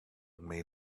may